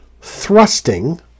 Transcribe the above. thrusting